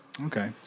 Okay